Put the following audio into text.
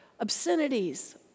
obscenities